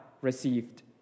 received